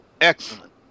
Excellent